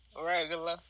regular